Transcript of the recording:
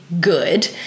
good